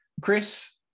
Chris